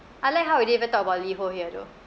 I like how we didn't even talk about Liho here though